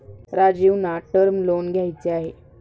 राजीवना term loan घ्यायचे आहे